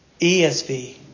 ESV